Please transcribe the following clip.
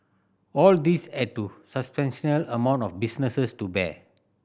all these add to amount of businesses to bear